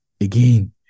again